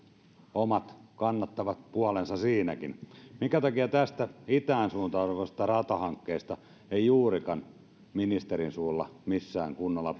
omat kannattavat puolensa siinäkin minkä takia tästä itään suuntautuvasta ratahankkeesta ei juurikaan ministerin suulla missään kunnolla